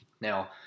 Now